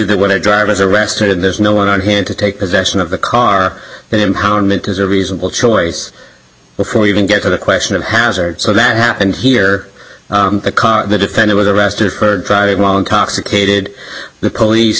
that when i drive as a restaurant and there's no one on hand to take possession of the car and impoundment is a reasonable choice before we even get to the question of hazard so that happened here a car the defender was arrested for driving while intoxicated the police